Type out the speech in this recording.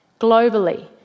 Globally